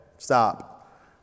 Stop